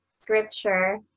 scripture